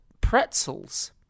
pretzels